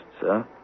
sir